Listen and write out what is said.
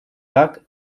так